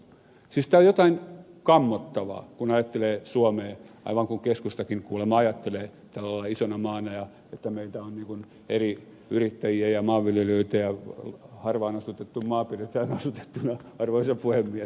siis tämä on jotain kammottavaa kun ajattelee suomea aivan kuin keskustakin kuulemma ajattelee tällä lailla isona maana ja että meitä on eri yrittäjiä ja maanviljelijöitä ja harvaan asutettu maa pidetään asutettuna arvoisa puhemies